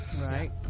Right